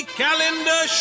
calendar